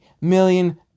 million